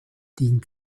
dient